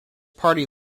party